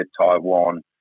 Taiwan